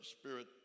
spirit